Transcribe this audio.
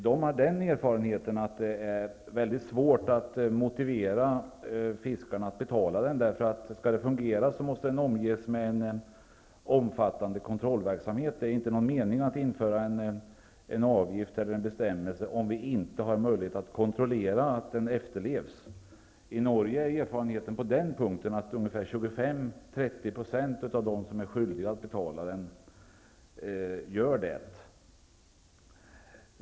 De har den erfarenheten att det är mycket svårt att motivera fiskarna att betala den, eftersom den måste omges med en omfattande kontrollverksamhet om den skall fungera. Det är inte någon mening med att införa en avgift eller en bestämmelse om vi inte har möjlighet att kontrollera att den efterlevs. I Norge är erfarenheten på den punkten att ungefär 25--30 % av dem som är skyldiga att betala den, gör det.